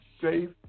safe